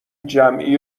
جمعی